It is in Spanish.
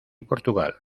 portugal